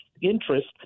interest